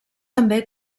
també